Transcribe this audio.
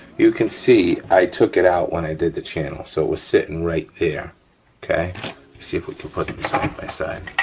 you can see i took it out when i did the channel, so it was sitting right there okay? let's see if we can put it side by side.